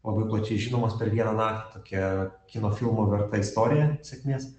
labai plačiai žinomas per vieną naktį tokia kino filmo verta istorija sėkmės